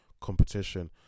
competition